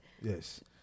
Yes